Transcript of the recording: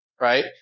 right